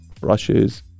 brushes